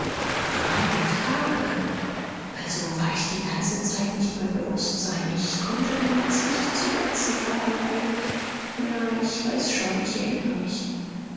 drei tage also war ich die ganze zeit nicht bei bewußtsein ich konnte damals nicht zu betsy fahren weil ja ich weiß schon ich erinnere mich